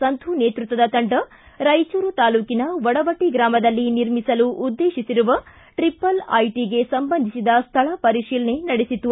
ಸಂಧು ನೇತೃತ್ವದ ತಂಡ ರಾಯಚೂರು ತಾಲೂಕಿನ ವಡವಟ್ಟ ಗ್ರಾಮದಲ್ಲಿ ನಿರ್ಮಿಸಲು ಉದ್ದೇತಿಸಿರುವ ಟ್ರಪಲ್ ಐಟಿಗೆ ಸಂಬಂಧಿಸಿದ ಸ್ಥಳ ಪರಿಶೀಲನೆ ನಡೆಸಿತು